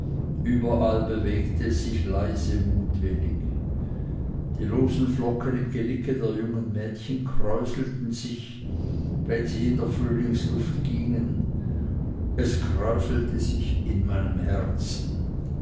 überall bewegte es sich leise mutwillig die losen flocken im genicke der jungen mädchen kräuselten sich wenn sie in der frühlingsluft gingen es kräuselte sich in meinem herzen